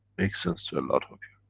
makes sense to a lot of you.